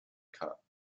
cup